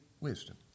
wisdom